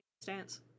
stance